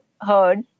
heard